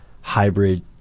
hybrid